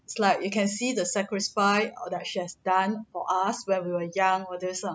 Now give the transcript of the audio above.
it's like you can see the sacrifice all that she has done for us when we were young all this ah